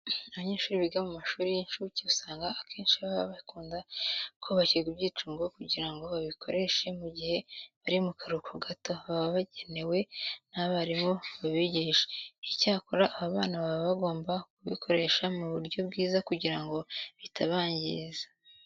Abanyeshuri biga mu mashuri y'incuke usanga akenshi baba bakunda kubakirwa ibyicungo kugira ngo babikoreshe mu gihe bari mu karuhuko gato baba bagenewe n'abarimu babigisha. Icyakora aba bana baba bagomba kubikoresha mu buryo bwiza kugira ngo bitabangiza.